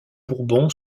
bourbon